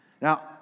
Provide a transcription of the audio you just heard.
Now